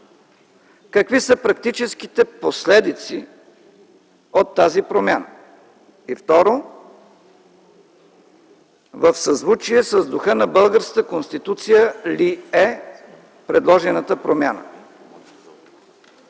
Какви са практическите последици от тази промяна? И, второ, в съзвучие с българската Конституция ли е предложената промяна?